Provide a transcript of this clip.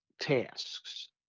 tasks